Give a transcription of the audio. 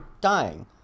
dying